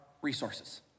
resources